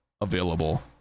available